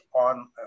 on